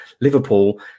Liverpool